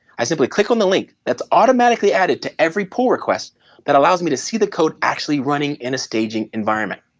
i simply click on the link that's automatically added to every pull request that allows me to see the code actually running in a staging environment.